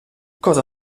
cosa